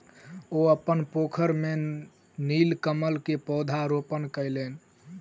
ओ अपन पोखैर में नीलकमल के पौधा रोपण कयलैन